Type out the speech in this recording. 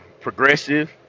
progressive